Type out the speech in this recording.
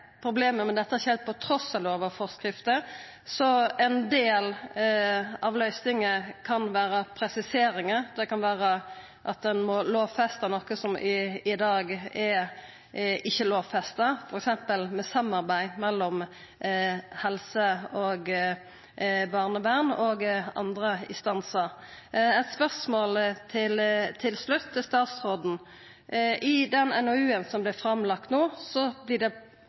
problemet, men at dette har skjedd på tross av lover og forskrifter, så ein del av løysinga kan vera presiseringar. Det kan vera at ein må lovfesta noko som i dag ikkje er lovfesta, f.eks. samarbeid mellom helse og barnevern og andre instansar. Eit spørsmål til slutt til statsråden: I den NOU-en som vart framlagd no, vert det trekt fram at i dag manglar det